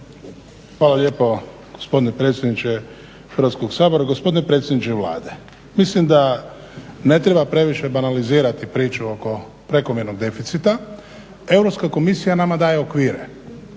Hvala lijepo gospodine predsjedniče Hrvatskoga sabora. Gospodine predsjedniče Vlade, mislim da ne treba previše banalizirati priču oko prekomjernog deficita, Europska komisija nama daje okvire.